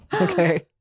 Okay